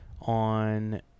on